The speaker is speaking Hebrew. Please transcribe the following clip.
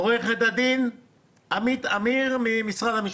עו"ד עמית עמיר ממשרד המשפטים.